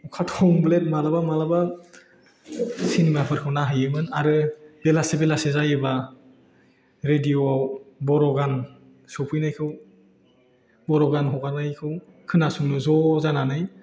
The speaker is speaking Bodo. अखा थंब्लेद माब्लाबा माब्लाबा सिनेमाफोरखौ नायहैयोमोन आरो बेलासे बेलासे जायोब्ला रेडिय'आव बर' गान सफैनायखौ बर' गान हगारनायखौ खोनासंनो ज' जानानै